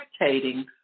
spectating